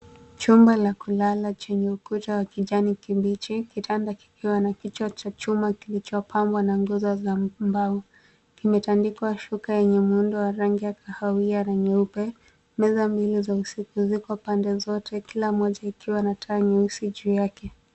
Chumba cha kulala chenye ukuta wa rangi ya kijani kibichi, kitanda kikiwa na kichwa cha chuma kilichopambwa na nguzo za mbao. Kimetandikwa shuka yenye muundo wa rangi ya kahawia na nyeupe. Meza mbili ziko pande zote, kila moja ikiwa na taa nyeusi juu yake.